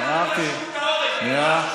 אתה רוצה עצות, נותנים לך עצות.